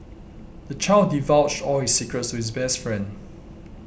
the child divulged all his secrets to his best friend